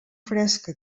fresca